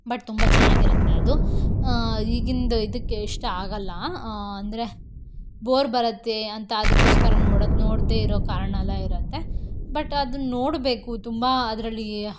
but ತುಂಬ ಚೆನ್ನಾಗಿರತ್ತೆ ಅದು ಈಗಿಂದು ಇದಕ್ಕೆ ಇಷ್ಟ ಆಗಲ್ಲ ಅಂದರೆ ಬೋರ್ ಬರತ್ತೆ ಅಂತ ಅದಕ್ಕೋಸ್ಕರ ನೋಡೋದು ನೋಡದೆ ಇರೋ ಕಾರಣಯೆಲ್ಲ ಇರತ್ತೆ ಬಟ್ ಅದನ್ನು ನೋಡಬೇಕು ತುಂಬ ಅದರಲ್ಲಿ